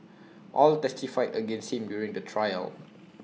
all testified against him during the trial